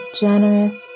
generous